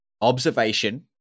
Observation